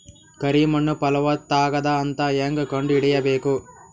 ಕರಿ ಮಣ್ಣು ಫಲವತ್ತಾಗದ ಅಂತ ಹೇಂಗ ಕಂಡುಹಿಡಿಬೇಕು?